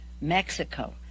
Mexico